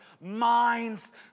minds